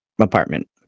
apartment